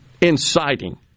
inciting